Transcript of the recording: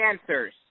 answers